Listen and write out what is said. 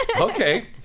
Okay